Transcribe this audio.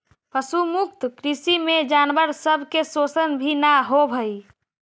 पशु मुक्त कृषि में जानवर सब के शोषण भी न होब हई